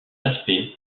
aspect